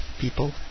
people